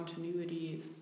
continuities